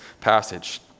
passage